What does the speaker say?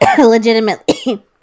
Legitimately